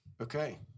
Okay